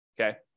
okay